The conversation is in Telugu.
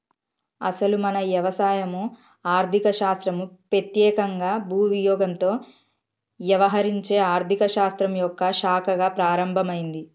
అసలు మన వ్యవసాయం ఆర్థిక శాస్త్రం పెత్యేకంగా భూ వినియోగంతో యవహరించే ఆర్థిక శాస్త్రం యొక్క శాఖగా ప్రారంభమైంది